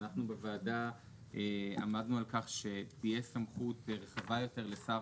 ואנחנו בוועדה עמדנו על כך שתהיה סמכות רחבה יותר לשר